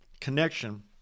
connection